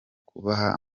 kubaha